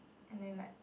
and then like